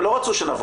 הם לא רצו שנבוא.